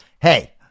Hey